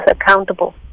accountable